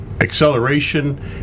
acceleration